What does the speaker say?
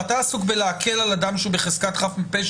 אתה מדבר על להקל על אדם שהוא חף מפשע?